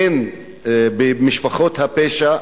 הן במשפחות הפשע,